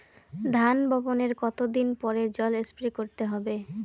ধান বপনের কতদিন পরে জল স্প্রে করতে হবে?